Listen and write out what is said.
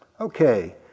okay